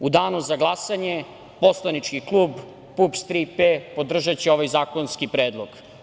U danu za glasanje poslanički klub PUPS „Tri P“ podržaće ovaj zakonski predlog.